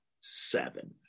seven